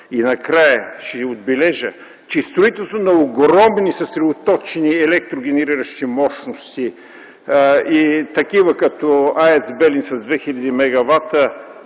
И накрая ще отбележа, че строителството на огромни съсредоточени електрогенериращи мощности и такива като АЕЦ „Белене” с 2000 мегавата,